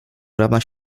ramach